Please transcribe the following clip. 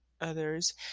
others